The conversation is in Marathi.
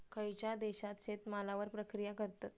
खयच्या देशात शेतमालावर प्रक्रिया करतत?